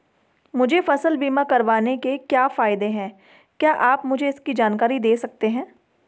मुझे फसल बीमा करवाने के क्या फायदे हैं क्या आप मुझे इसकी जानकारी दें सकते हैं?